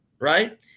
Right